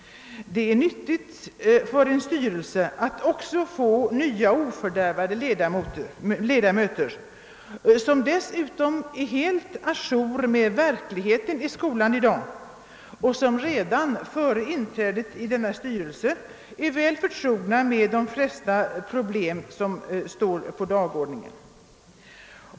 Det är nyttigt för en styrelse att också få nya och ofördärvade ledamöter, som dessutom är helt å jour med verkligheten i skolan i dag och som redan före inträdet i styrelsen är väl förtrogna med de flesta problem som står på dagordningen.